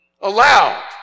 allowed